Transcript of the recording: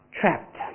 trapped